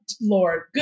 Lord